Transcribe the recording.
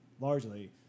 largely